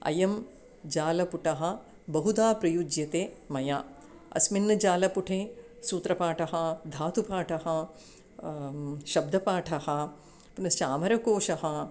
अयं जालपुटः बहुदा प्रयुज्यते मया अस्मिन् जालपुटे सूत्रपाठः धातुपाठः शब्दपाठः पुनश्च अमरकोशः